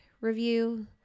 review